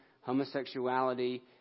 homosexuality